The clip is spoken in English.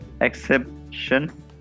exception